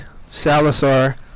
Salazar